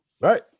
Right